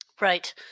Right